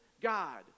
God